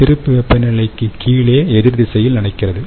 திருப்பு வெப்பநிலைக்குக் கீழே எதிர் திசையில் நடக்கிறது